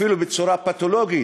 אפילו בצורה פתולוגית,